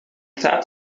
that